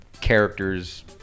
characters